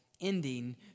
ending